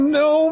no